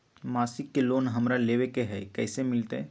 मासिक लोन हमरा लेवे के हई कैसे मिलत?